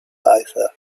arthur